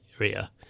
area